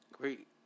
Great